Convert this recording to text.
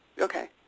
Okay